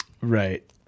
Right